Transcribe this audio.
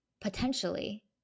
potentially